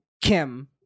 Kim